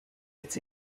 its